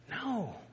no